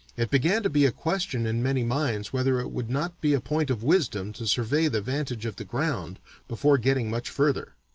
it began to be a question in many minds whether it would not be a point of wisdom to survey the vantage of the ground before getting much further.